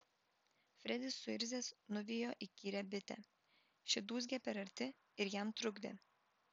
fredis suirzęs nuvijo įkyrią bitę ši dūzgė per arti ir jam trukdė